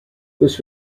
this